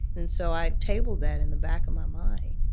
and so i tabled that in the back of my mind.